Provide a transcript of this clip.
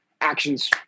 Actions